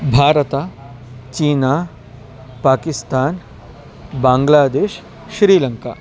भारतं चीना पाकिस्तान् बाङ्ग्लादेश श्रीलङ्का